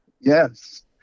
Yes